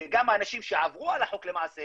וגם האנשים שעברו על החוק למעשה